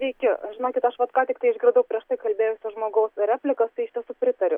sveiki žinokit aš vat ką tiktai išgirdau prieš tai kalbėjusio žmogaus replikas tai iš tiesų pritariu